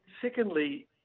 secondly